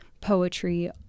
poetry